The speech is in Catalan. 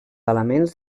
elements